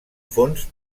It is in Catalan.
fons